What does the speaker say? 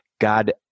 God